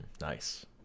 nice